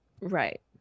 Right